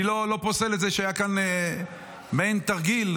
אני לא פוסל את זה שהיה כאן מעין תרגיל.